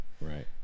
right